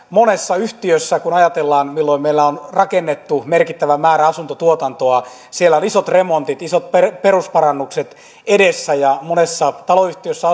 monessa yhtiössä kun ajatellaan milloin meillä on rakennettu merkittävä määrä asuntotuotantoa on isot remontit isot perusparannukset edessä monessa taloyhtiössä